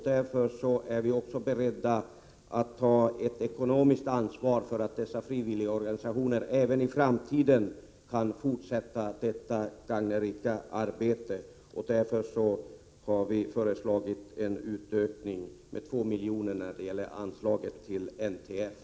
Därför är vi också beredda att ta ett ekonomiskt ansvar för att dessa frivilligorganisationer även i framtiden kan fortsätta detta gagnrika arbete, och därför har vi föreslagit en höjning med 2 milj.kr. av anslaget till NTF.